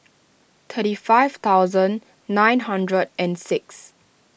thirty five thousand nine hundred and six